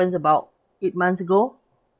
about eight months ago